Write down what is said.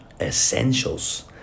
essentials